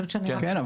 כן,